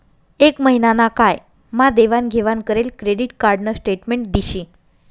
एक महिना ना काय मा देवाण घेवाण करेल क्रेडिट कार्ड न स्टेटमेंट दिशी